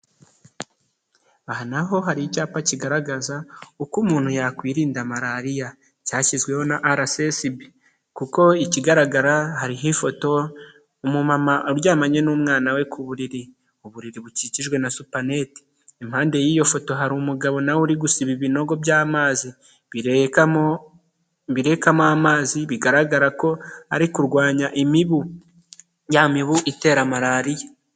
Aha na ho hari icyapa kigaragaza uko umuntu yakwirinda Malariya cyashyizweho na RSSB kuko ikigaragara hari hifoto, umumama uryamanye n'umwana we ku buriri, uburiri bukikijwe na supanete, impande y'iyo foto hari umugabo na we uri gusiba ibinogo by'amazi birekamo amazi, bigaragara ko ari kurwanya imibu, ya mibu itera Malariya.